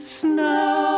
snow